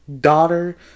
daughter